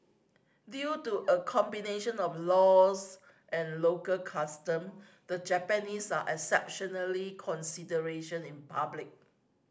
due to a combination of laws and local custom the Japanese are exceptionally consideration in public